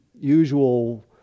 usual